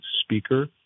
speaker